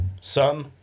Son